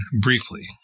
briefly